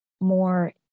more